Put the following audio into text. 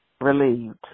relieved